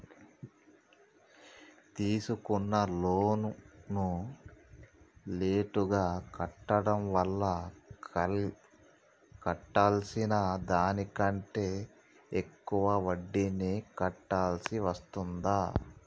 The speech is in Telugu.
తీసుకున్న లోనును లేటుగా కట్టడం వల్ల కట్టాల్సిన దానికంటే ఎక్కువ వడ్డీని కట్టాల్సి వస్తదా?